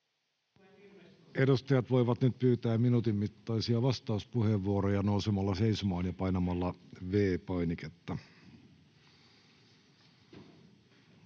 Edustajat voivat nyt pyytää minuutin mittaisia vastauspuheenvuoroja nousemalla seisomaan ja painamalla V-painiketta.